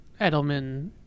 Edelman